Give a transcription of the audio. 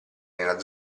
nella